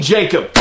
Jacob